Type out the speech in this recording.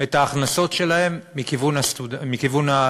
את ההכנסות שלהם מכיוון הסטודנטים.